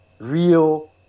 real